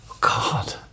God